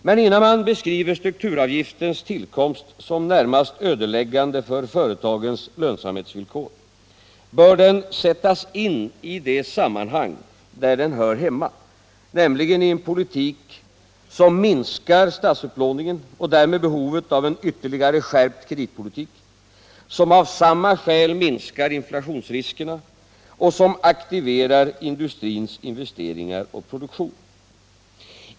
Men innan man beskriver strukturavgiftens tillkomst som närmast ödeläiggande för företagens lönsamhetsvillkor bör den sättas in i det sammanhang där den hör hemma, nämligen i en politik som minskar statsupplåningen och därmed behovet av en ytterligare skärpt kreditpolitik, som av samma skäl minskar inflationsrisken och som aktiverar industrins investeringar och produktion.